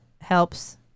helps